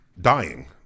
dying